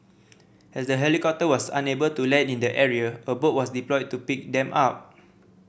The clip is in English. as the helicopter was unable to land in the area a boat was deployed to pick them up